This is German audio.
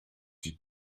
die